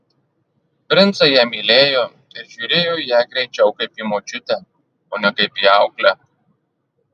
princai ją mylėjo ir žiūrėjo į ją greičiau kaip į močiutę o ne kaip į auklę